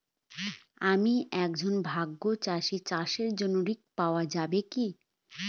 আমি একজন ভাগ চাষি চাষের জন্য ঋণ পাওয়া যাবে কি?